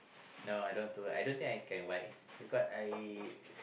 no I don't know how to I don't think I can why because I